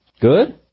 Good